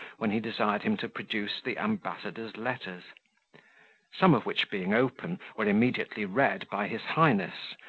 when he desired him to produce the ambassador's letters some of which being open, were immediately read by his highness,